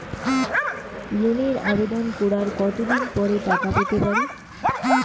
লোনের আবেদন করার কত দিন পরে টাকা পেতে পারি?